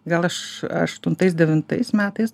gal aš aštuntais devintais metais